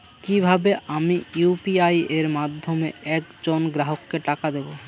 কিভাবে আমি ইউ.পি.আই এর মাধ্যমে এক জন গ্রাহককে টাকা দেবো?